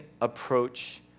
approach